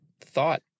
thought